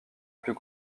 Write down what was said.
plus